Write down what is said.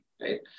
Right